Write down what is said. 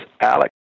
Alex